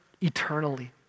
eternally